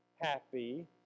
happy